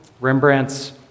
Rembrandt's